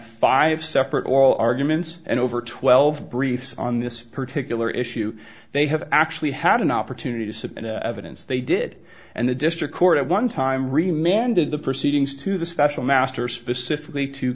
five separate oral arguments and over twelve briefs on this particular issue they have actually had an opportunity to submit evidence they did and the district court at one time re man did the proceedings to the special master specifically to